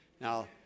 Now